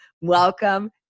Welcome